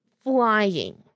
flying